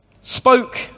spoke